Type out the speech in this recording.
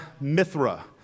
Mithra